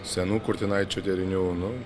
senų kurtinaičio derinių nu